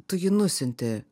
tu jį nusiunti